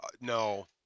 No